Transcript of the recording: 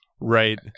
Right